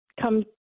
come